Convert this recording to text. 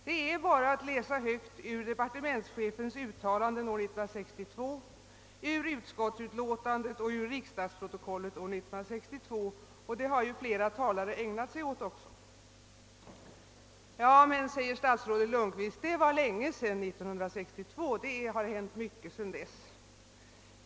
Det är bara att läsa högt ur departementschefens uttalande år 1962, ur utskottsutlåtandet och ur riksdagsprotokollet 1962, och detta har också flera talare ägnat sig åt. Nu säger statsrådet Lundkvist, att 1962 ligger långt tillbaka i tiden och att det har hänt mycket sedan dess.